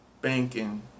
Banking